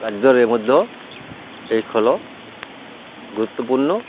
ରାଜ୍ୟରେ ମଧ୍ୟ ଏହି ଖେଳ ଗୁରୁତ୍ୱପୂର୍ଣ୍ଣ